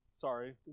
sorry